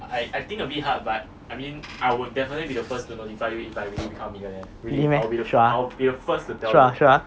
really meh sure ah sure ah sure ah